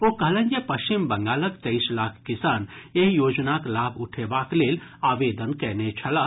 ओ कहलनि जे पश्चिम बंगालक तेईस लाख किसान एहि योजनाक लाभ उठेबाक लेल आवेदन कयने छलाह